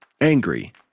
Angry